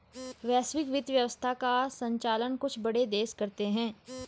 वैश्विक वित्त व्यवस्था का सञ्चालन कुछ बड़े देश करते हैं